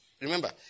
remember